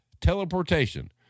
teleportation